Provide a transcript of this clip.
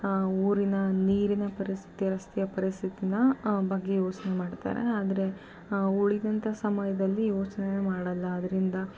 ಆ ಊರಿನ ನೀರಿನ ಪರಿಸ್ಥಿತಿ ರಸ್ತೆಯ ಪರಿಸ್ಥಿತೀನ ಬಗ್ಗೆ ಯೋಚನೆ ಮಾಡ್ತಾರೆ ಆದರೆ ಉಳಿದಂಥ ಸಮಯದಲ್ಲಿ ಯೋಚನೆನೇ ಮಾಡೋಲ್ಲ ಅದರಿಂದ